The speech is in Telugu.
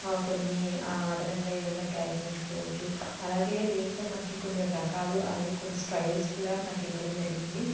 కొన్ని అదనంగా ఏమైనా ప్రయత్నించుకోవచ్చు అలాగే దీంట్లో మనకి కొన్ని రకాలు అలాగే కొన్ని స్టైల్స్ కూడా నాకు ఇవ్వడం జరిగింది